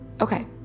Okay